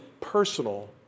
personal